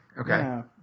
Okay